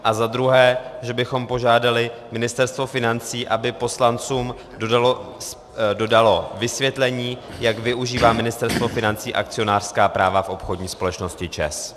A za druhé, že bychom požádali Ministerstvo financí, aby poslancům dodalo vysvětlení, jak využívá Ministerstvo financí akcionářská práva v obchodní společnosti ČEZ.